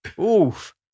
Oof